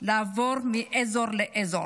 לעבור מאזור לאזור.